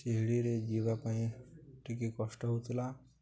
ଶିଡ଼ିରେ ଯିବା ପାଇଁ ଟିକେ କଷ୍ଟ ହେଉଥିଲା